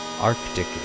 Arctic